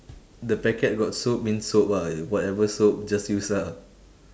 the packet got soap means soap ah whatever soap just use ah